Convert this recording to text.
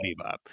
Bebop